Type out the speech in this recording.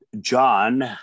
John